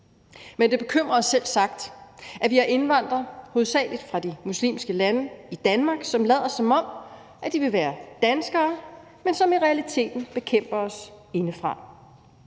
Men det bekymrer os selvsagt, at vi har indvandrere, hovedsagelig fra de muslimske lande, i Danmark, som lader, som om de vil være danskere, men som i realiteten bekæmper os indefra.